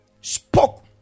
spoke